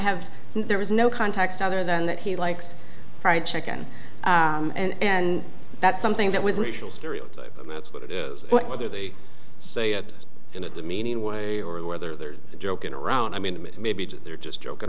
have there was no context other than that he likes fried chicken and and that's something that was racial stereotype that's what it is whether they say it in a demeaning way or whether they're joking around i mean maybe they're just joking